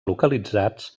localitzats